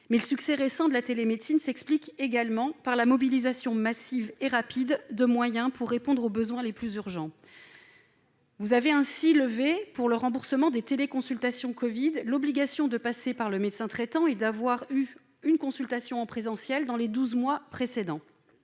Le succès récent de la télémédecine s'explique également par la mobilisation massive et rapide de moyens pour répondre aux besoins les plus urgents. Vous avez ainsi levé, pour le remboursement des téléconsultations Covid-19, l'obligation de passer par son médecin traitant et d'avoir eu une consultation en présentiel dans les douze mois précédents.